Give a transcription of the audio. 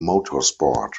motorsport